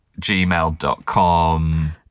gmail.com